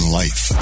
life